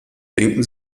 denken